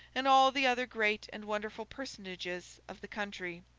and all the other great and wonderful personages of the country.